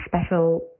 special